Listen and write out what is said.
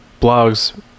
blogs